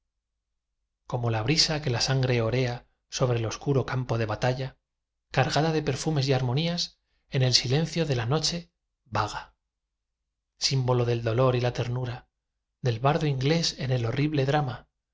como la brisa que la sangre orea sobre el oscuro campo de batalla cargada de perfumes y armonías en el silencio de la noche vaga símbolo del dolor y la ternura del bardo inglés en el horrible drama